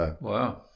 Wow